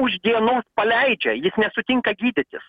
už dienų paleidžia jis nesutinka gydytis